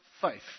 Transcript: faith